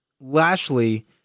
Lashley